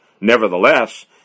Nevertheless